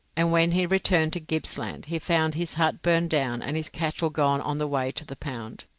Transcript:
and when he returned to gippsland he found his hut burned down and his cattle gone on the way to the pound.